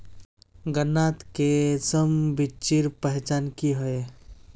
गन्नात किसम बिच्चिर पहचान की होय?